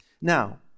Now